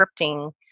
scripting